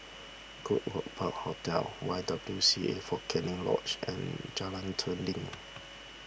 Goodwood Park Hotel Y W C A fort Canning Lodge and Jalan Dinding